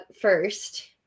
first